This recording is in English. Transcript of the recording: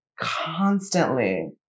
constantly